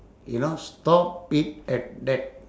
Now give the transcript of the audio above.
you know stop it at that